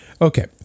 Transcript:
Okay